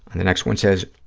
and the next one says,